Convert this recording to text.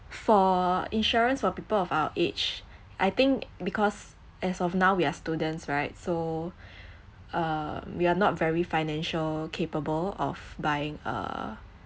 for insurance for people of our age I think because as of now we are students right so uh we are not very financial capable of buying uh